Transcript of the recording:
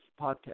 podcast